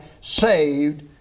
saved